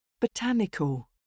Botanical